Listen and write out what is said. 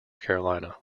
carolina